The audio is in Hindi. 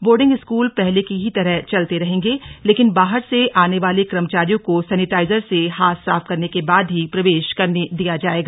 बोर्डिंग स्कूल पहले की तरह चलते रहेंगे लेकिन बाहर से आने वाले कर्मचारियों को सेनेटाइजर से हाथ साफ करने के बाद ही प्रवेश करने दिया जाएगा